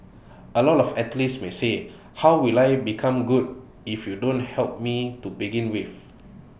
A lot of athletes may say how will I become good if you don't help me to begin with